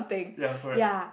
ya correct